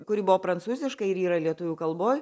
kuri buvo prancūziškai ir yra lietuvių kalboj